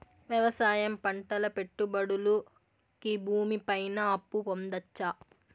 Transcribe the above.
వ్యవసాయం పంటల పెట్టుబడులు కి భూమి పైన అప్పు పొందొచ్చా?